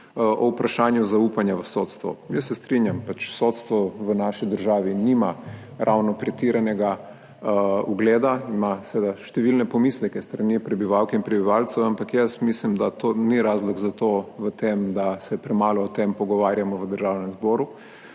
o vprašanju zaupanja v sodstvo. Jaz se strinjam, sodstvo v naši državi nima ravno pretiranega ugleda, ima seveda številne pomisleke s strani prebivalk in prebivalcev, ampak mislim, da ni razlog za to v tem, da se premalo o tem pogovarjamo v Državnem zboru,